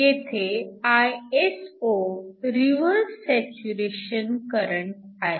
येथे Iso reverse saturation current आहे